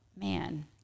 man